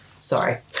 sorry